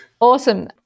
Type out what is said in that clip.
awesome